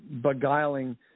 beguiling